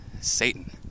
Satan